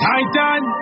Titan